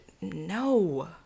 No